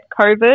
COVID